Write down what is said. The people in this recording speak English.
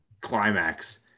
climax